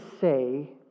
say